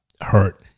hurt